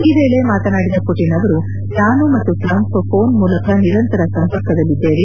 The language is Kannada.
ಈ ವೇಳೆ ಮಾತನಾಡಿದ ಪುಟಿನ್ ಅವರು ನಾನು ಮತ್ತು ಟ್ರಂಪ್ ಪೋನ್ ಮೂಲಕ ನಿರಂತರ ಸಂಪರ್ಕದಲ್ಲಿದ್ದೇವೆ